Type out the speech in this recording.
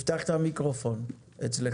יש הבחנה בין רגולטורים שונים וההסדרה שתחול